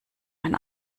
mein